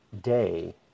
day